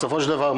בסופו של דבר,